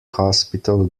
hospital